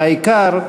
והעיקר,